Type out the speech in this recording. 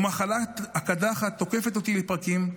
ומחלת הקדחת תוקפת אותי לפרקים.